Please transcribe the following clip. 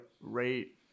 rate